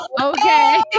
Okay